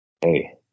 hey